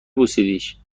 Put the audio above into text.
بوسیدیش